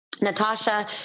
Natasha